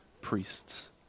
priests